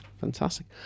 Fantastic